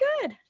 good